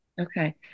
Okay